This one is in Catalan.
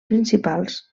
principals